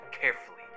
carefully